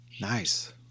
nice